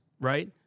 right